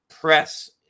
press